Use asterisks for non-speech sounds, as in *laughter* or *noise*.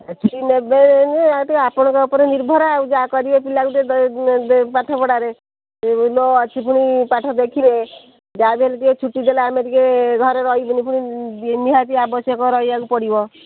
ଛୁଟି ନେବେ ଯେ ଆଉ ଟିକିଏ ଆପଣଙ୍କ ଉପରେ ନିର୍ଭର ଆଉ ଯାହା କରିବେ ପିଲାକୁ ଟିକିଏ *unintelligible* ପାଠ ପଢ଼ାରେ ଲୋ ଅଛି ପୁଣି ପାଠ ଦେଖିବେ ଯାହା ବି ହେଲେ ଟିକିଏ ଛୁଟି ଦେଲେ ଆମେ ଟିକିଏ ଘରେ ରହିବୁନି ପୁଣି ନିହାତି ଆବଶ୍ୟକ ରହିବାକୁ ପଡ଼ିବ